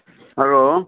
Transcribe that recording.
hello